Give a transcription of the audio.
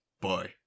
boy